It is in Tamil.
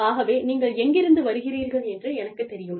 ஆகவே நீங்கள் எங்கிருந்து வருகிறீர்கள் என்று எனக்குத் தெரியும்